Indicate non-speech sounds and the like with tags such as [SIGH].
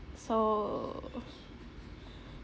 so [BREATH]